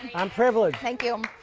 i'm privileged. thank you.